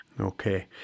okay